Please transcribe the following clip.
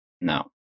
no